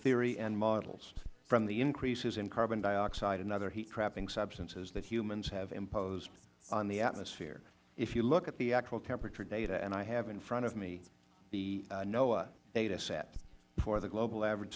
theory and models from the increases in carbon dioxide and other heat trapping substances that humans have imposed on the atmosphere if you look at the actual temperature data and i have in front of me the noaa data set for the global average